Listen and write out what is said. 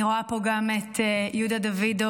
אני רואה פה גם את יהודה דוידוב,